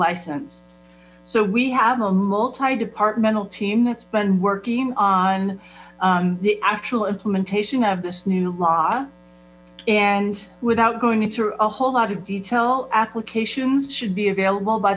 license so we have a multi departmental team that's been working on the actual implementation of this new law and without going into a whole lot of detail applications should be available by